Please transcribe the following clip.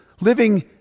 living